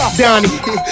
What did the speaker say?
donnie